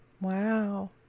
Wow